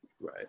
Right